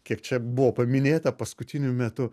kiek čia buvo paminėta paskutiniu metu